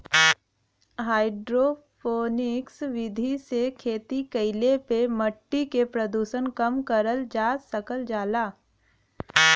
hydroponics विधि से खेती कईले पे मट्टी के प्रदूषण कम करल जा सकल जाला